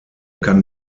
kann